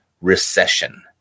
recession